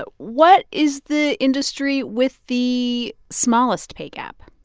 but what is the industry with the smallest pay gap?